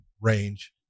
range